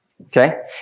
okay